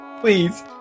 please